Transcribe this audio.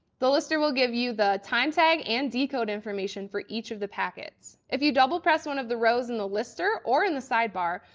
the lister will give you the time tag and decode information for each of the packets. if you double press one of the rows in the lister or in the sidebar,